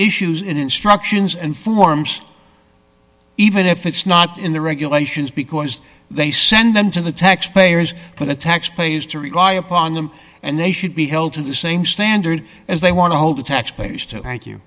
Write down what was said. in instructions and forms even if it's not in the regulations because they send them to the taxpayers for the taxpayers to rely upon them and they should be held to the same standard as they want to hold the taxpayers to thank you